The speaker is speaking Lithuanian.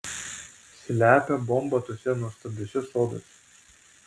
slepia bombą tuose nuostabiuose soduose